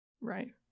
Right